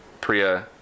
Priya